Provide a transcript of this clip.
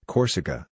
Corsica